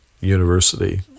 University